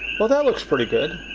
so that looks pretty good.